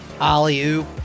ollie-oop